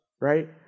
right